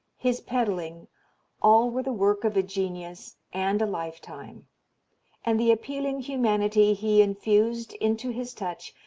his pedalling all were the work of a genius and a lifetime and the appealing humanity he infused into his touch,